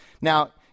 now